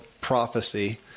prophecy